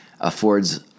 affords